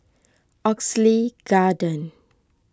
Oxley Garden